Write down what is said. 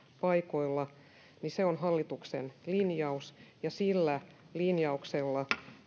paikoilla on hallituksen linjaus ja sillä linjauksella